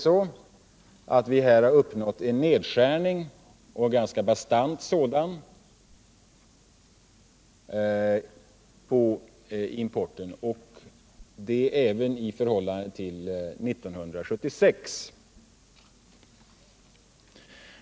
Vidare har vi uppnått en ganska stor nedskärning av importen, och detta även i förhållande till 1976.